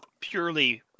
purely